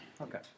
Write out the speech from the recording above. Okay